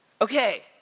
Okay